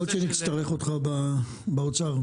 יכול להיות שנצטרך אותך באוצר, בהמשך.